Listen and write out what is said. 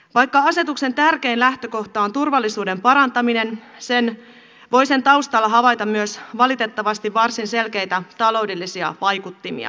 vaikka asetuksen tärkein lähtökohta on turvallisuuden parantaminen voi sen taustalla havaita myös valitettavasti varsin selkeitä taloudellisia vaikuttimia